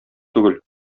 түгел